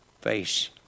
face